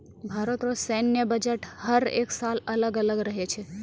भारत रो सैन्य बजट हर एक साल अलग अलग रहै छै